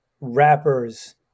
rappers